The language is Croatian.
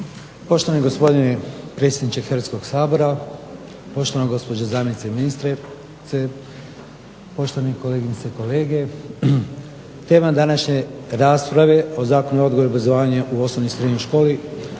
Poštovani gospodine predsjedniče Hrvatskog sabora, poštovana gospođo zamjenica ministra, poštovane kolegice i kolege. Tema današnje rasprave Zakon o odgoju i obrazovanju u osnovnoj i srednjoj školi,